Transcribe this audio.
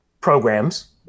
programs